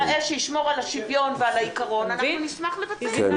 מה שתציעו שייראה שישמור על השוויון ועל העיקרון אנחנו נשמח לקבל.